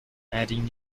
adding